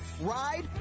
ride